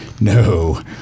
No